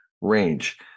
range